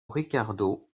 ricardo